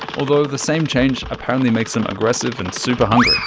although the same change apparently makes them aggressive and super hungry!